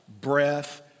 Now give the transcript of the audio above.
breath